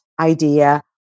idea